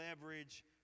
leverage